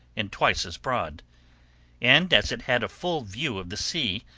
and twice as broad and as it had a full view of the sea,